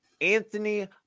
Anthony